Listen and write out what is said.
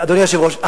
אדוני היושב-ראש,